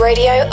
Radio